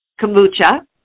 kombucha